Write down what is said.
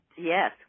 Yes